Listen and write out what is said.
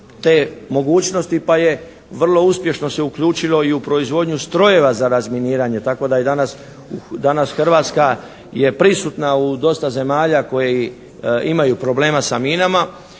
te mogućnosti, pa je vrlo uspješno se uključilo i u proizvodnju strojeva za razminiranje. Tako da je danas Hrvatska je prisutna u dosta zemalja koje imaju problema sa minama.